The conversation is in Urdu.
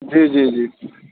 جی جی جی